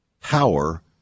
power